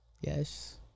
Yes